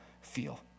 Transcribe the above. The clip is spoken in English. feel